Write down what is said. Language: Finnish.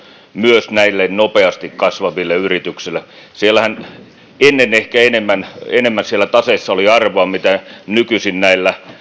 myös näille nopeasti kasvaville yrityksille ennen ehkä enemmän siellä taseessa oli arvoa kuin nykyisin näillä